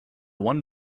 one